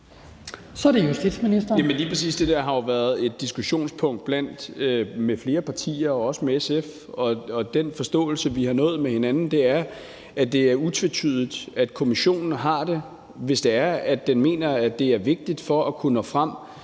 Lige præcis det der har jo været et diskussionspunkt med flere partier og også med SF, og den forståelse, vi er nået til med hinanden, er, at det er utvetydigt, at kommissionen har det, hvis den mener, at det er vigtigt for at kunne nå frem